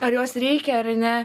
ar jos reikia ar ne